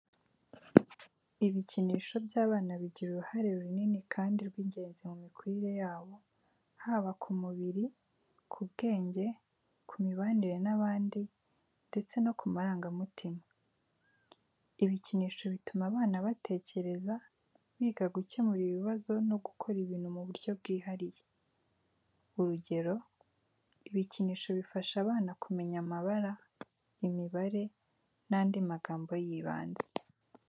ibikinisho by’abana bigira uruhare runini kandi rw’ingenzi mu mikurire yabo, haba ku mubiri, ku bwenge, ku mibanire n’abandi ndetse no ku marangamutima. Ibikinisho bituma abana batekereza, biga gukemura ibibazo no gukora ibintu mu buryo bwihariye. Urugero, ibikinisho bifasha abana kumenya amabara, imibare, n’andi magambo y’ibanze.